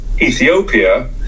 Ethiopia